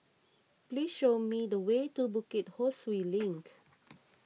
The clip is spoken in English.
please show me the way to Bukit Ho Swee Link